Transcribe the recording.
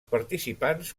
participants